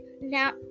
now